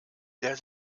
der